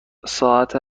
ساعت